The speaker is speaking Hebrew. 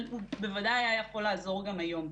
אבל הוא בוודאי היה יכול לעזור גם היום.